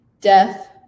death